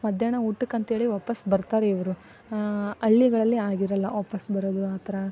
ಮಧ್ಯಾಹ್ನ ಊಟಕ್ಕಂಥೇಳಿ ವಾಪಸ್ಸು ಬರ್ತಾರೆ ಇವರು ಹಳ್ಳಿಗಳಲ್ಲಿ ಆಗಿರೋಲ್ಲ ವಾಪಸ್ಸು ಬರೋದು ಆ ಥರ